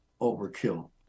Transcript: overkill